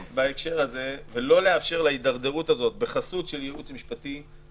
ולא לאפשר להידרדרות הזאת בחסות ייעוץ משפטי,